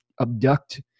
abduct